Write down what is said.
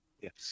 Yes